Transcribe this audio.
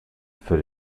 für